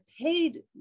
paid